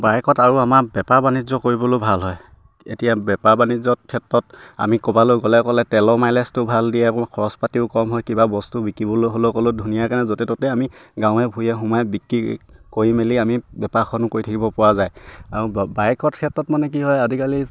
বাইকত আৰু আমাৰ বেপাৰ বাণিজ্য কৰিবলৈ ভাল হয় এতিয়া বেপাৰ বাণিজ্যৰ ক্ষেত্ৰত আমি ক'বলৈ গ'লে ক'লে তেলৰ মাইলেজটো ভাল দিয়ে খৰচ পাতিও কম হয় কিবা বস্তু বিকিবলৈ হ'লেও ক'লেও ধুনীয়াকে য'তে ত'তে আমি গাঁৱে ভূঞে সোমাই বিক্ৰী কৰি মেলি আমি বেপাৰখন কৰি থাকিব পৰা যায় আৰু বাইকৰ ক্ষেত্ৰত মানে কি হয় আজিকালি